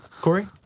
Corey